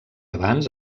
abans